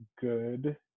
good